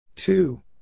Two